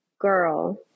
girl